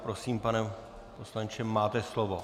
Prosím, pane poslanče, máte slovo.